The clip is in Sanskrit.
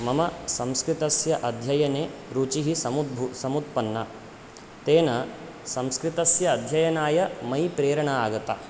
मम संस्कृतस्य अध्ययने रुचिः समुद्भू समुत्पन्ना तेन संस्कृतस्य अध्ययनाय मयि प्रेरणा आगता